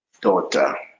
daughter